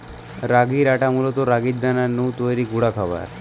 রাগির আটা মূলত রাগির দানা নু তৈরি গুঁড়া খাবার